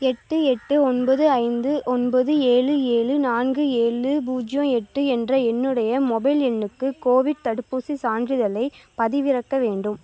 எட்டு எட்டு ஒன்பது ஐந்து ஒன்பது ஏழு ஏழு நான்கு ஏழு பூஜ்ஜியம் எட்டு என்ற எண்ணுடைய மொபைல் எண்ணுக்கு கோவிட் தடுப்பூசிச் சான்றிதழை பதிவிறக்க வேண்டும்